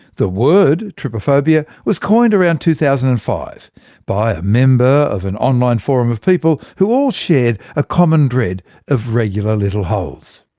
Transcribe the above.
the word trypophobia was coined around two thousand and five by a member of an online forum of people who shared a common dread of regular little holes.